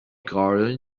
garden